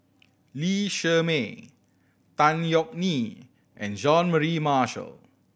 Lee Shermay Tan Yeok Nee and Jean Mary Marshall